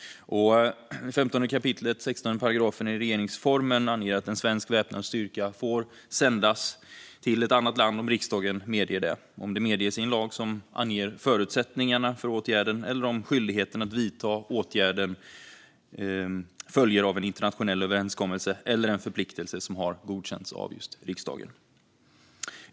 I 15 kap. 16 § regeringsformen anges att en svensk väpnad styrka får sändas till ett annat land om riksdagen medger det, om det medges i lag som anger förutsättningarna för åtgärden eller om skyldigheten att vidta åtgärden följer av en internationell överenskommelse eller en förpliktelse som har godkänts av just riksdagen.